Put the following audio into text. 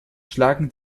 schlagen